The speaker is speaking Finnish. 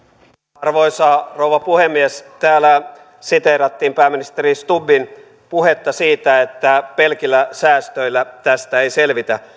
arvoisa rouva puhemies täällä siteerattiin pääministeri stubbin puhetta siitä että pelkillä säästöillä tästä ei selvitä